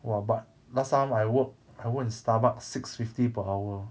!wah! but last time I work I work in Starbucks six fifty per hour